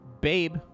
Babe